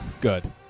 Good